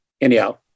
anyhow